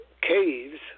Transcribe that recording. caves